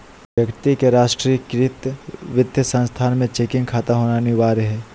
व्यक्ति का राष्ट्रीयकृत वित्तीय संस्थान में चेकिंग खाता होना अनिवार्य हइ